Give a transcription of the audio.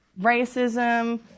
Racism